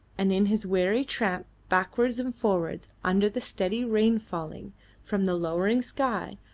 and in his weary tramp backwards and forwards under the steady rain falling from the lowering sky,